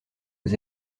aux